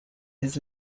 his